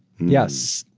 yes,